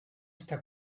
està